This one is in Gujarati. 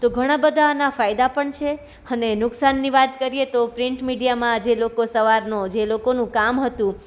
તો ઘણા બધા આના ફાયદા પણ છે અને નુકસાનની વાત કરીએ તો પ્રિન્ટ મીડિયામાં જે લોકો સવારનો જે લોકોનું કામ હતું